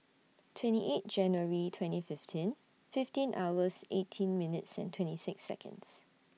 twenty eight January twenty fifteen fifteen hours eighteen minutes and twenty six Seconds